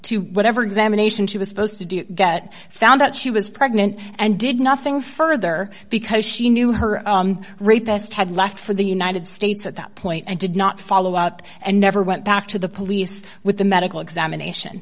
to whatever examination she was supposed to do get found out she was pregnant and did nothing further because she knew her rapist had left for the united states at that point and did not follow up and never went back to the police with the medical examination